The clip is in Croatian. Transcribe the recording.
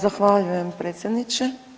Zahvaljujem predsjedniče.